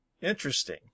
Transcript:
Interesting